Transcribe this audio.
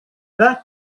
that